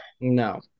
No